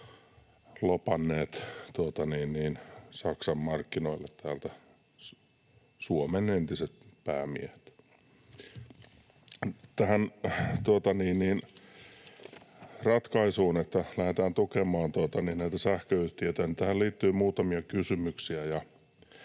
lobanneet Saksan markkinoille täältä. Tähän ratkaisuun, että lähdetään tukemaan sähköyhtiöitä, liittyy muutamia kysymyksiä,